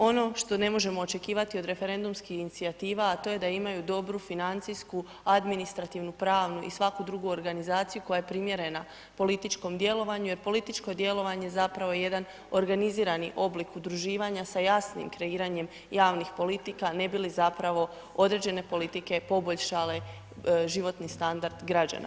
Ono što ne možemo očekivati od referendumskih inicijativa, a to je da imaju dobru financijsku, administrativnu, pravnu i svaku drugu organizaciju koja je primjerena političkom djelovanju, jer političko djelovanje je zapravo jedan organizirani oblik udruživanja sa jasnim kreiranjem javnih politika, ne bi li zapravo određene politike poboljšale životni standard građana.